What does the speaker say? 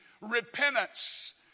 repentance